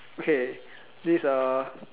okay this uh